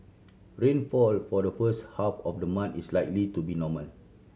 rainfall for the first half of the month is likely to be normal